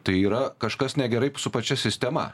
tai yra kažkas negerai su pačia sistema